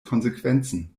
konsequenzen